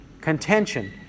contention